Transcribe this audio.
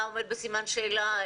מה עומד בסימן שאלה.